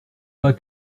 pas